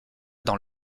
dans